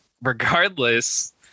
regardless